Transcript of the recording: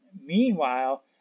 Meanwhile